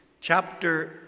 chapter